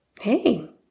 hey